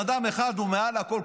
אבל יש בן אדם שהוא מעל הכול,